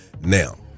Now